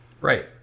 Right